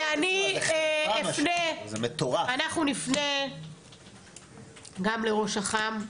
אנחנו נפנה גם לראש אח"מ.